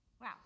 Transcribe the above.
Wow